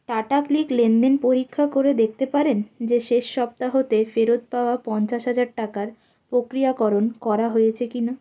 tata click লেনদেন পরীক্ষা করে দেখতে পারেন যে শেষ সপ্তাহ তে ফেরত পাওয়া পঞ্চাশ হাজার টাকার প্রক্রিয়াকরণ করা হয়েছে কিনা